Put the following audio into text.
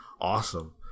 Awesome